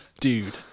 dude